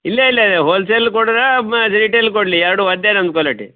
ಇಲ್ಲ ಇಲ್ಲ ಇಲ್ಲ ಹೋಲ್ಸೇಲ್ ಕೊಡುದ ಬ ರಿಟೈಲ್ ಕೊಡಲಿ ಎರಡೂ ಒಂದೇ ನಮ್ದು ಕ್ವಾಲಿಟಿ